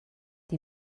die